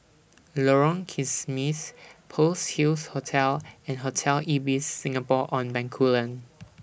Lorong Kismis Pearl's Hills Hotel and Hotel Ibis Singapore on Bencoolen